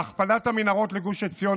הכפלת המנהרות לגוש עציון,